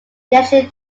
reaction